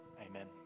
Amen